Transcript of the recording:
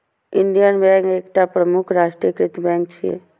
Indian bank एकटा प्रमुख राष्ट्रीयकृत बैंक छियै